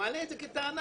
מעלה את זה כטענה,